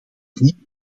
niet